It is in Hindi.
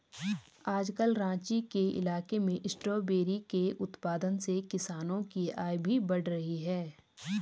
आजकल राँची के इलाके में स्ट्रॉबेरी के उत्पादन से किसानों की आय भी बढ़ रही है